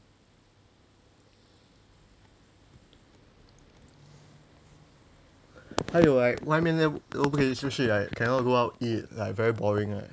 还有 like 外面都不可以出去 like cannot go out eat like very boring right